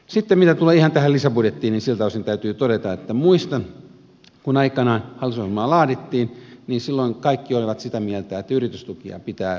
sitten mitä tulee ihan tähän lisäbudjettiin niin siltä osin täytyy todeta että muistan että kun aikanaan hallitusohjelmaa laadittiin niin silloin kaikki olivat sitä mieltä että yritystukia pitää vähentää